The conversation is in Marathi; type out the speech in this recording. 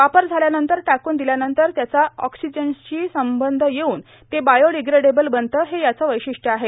वापर झाल्यानंतर टाकून दिल्यानंतर त्याचा ऑक्सिजनशी संपर्क येऊन ते बायोडिप्रेडेबल बनतं हे याचं वैशिष्टच आहे